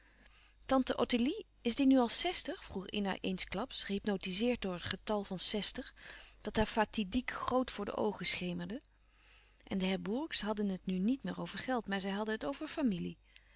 tante ottilie is die nu al zestig vroeg ina eensklaps gehypnotizeerd door het getal van zestig dat haar fatidiek groot voor de oogen schemerde en de d'herbourgs hadden het nu niet meer over geld maar zij hadden het over familie